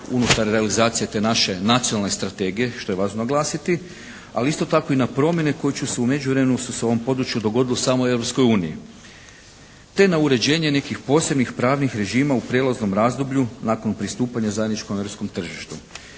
unutar realizacije te naše nacionalne strategije, što je važno naglasiti. Ali isto tako i na promjene koje će se, u međuvremenu su se na ovom području dogodile u samoj Europskoj uniji, te na uređenje nekih posebnih pravnih režima u prijelaznom razdoblju nakon pristupanja zajedničkom europskom tržištu.